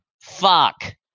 fuck